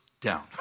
down